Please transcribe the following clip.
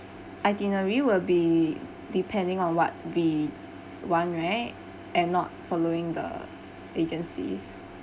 itinerary will be depending on what we want right and not following the agency